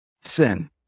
sin